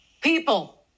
people